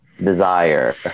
desire